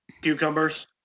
cucumbers